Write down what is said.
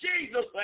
Jesus